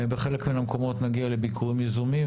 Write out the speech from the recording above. לחלק מן המקומות נגיע לביקורים יזומים,